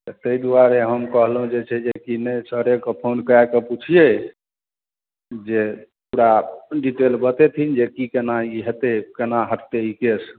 तऽ ताहि दुआरे हम कहलहुँ जे छै जेकि नहि सरेके फोन कए कऽ पूछियै जे पूरा डिटेल बतेथिन जे की केना ई हेतै केना हटतै ई केस